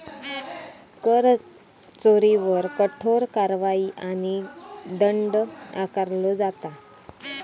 कर चोरीवर कठोर कारवाई आणि दंड आकारलो जाता